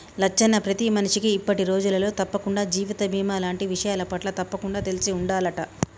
లచ్చన్న ప్రతి మనిషికి ఇప్పటి రోజులలో తప్పకుండా జీవిత బీమా లాంటి విషయాలపట్ల తప్పకుండా తెలిసి ఉండాలంట